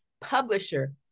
publisher